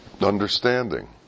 understanding